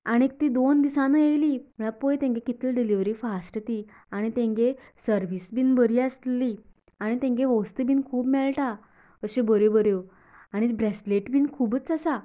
आनीक ती दोन दिसान येयली म्हणल्यार पळय तेंगे डिलव्हरी कितली फास्ट ती आनी तेंगें सर्विस बिन बरी आसली आनी तेंगें वस्तू बिन खूब मेळटा अश्यो बऱ्यो बऱ्यो आनी ब्रेसलेट बिन खुबूच आसा